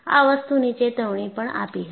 આ વસ્તુ ની ચેતવણી પણ આપી હતી